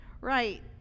right